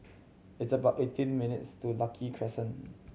it's about eighteen minutes' to Lucky Crescent